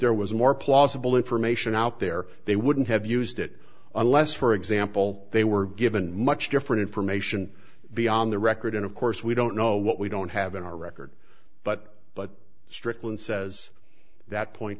there was a more plausible information out there they wouldn't have used it unless for example they were given much different information beyond the record and of course we don't know what we don't have in our record but but strickland says that point